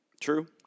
True